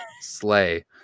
Slay